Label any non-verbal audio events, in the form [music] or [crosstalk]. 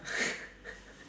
[laughs]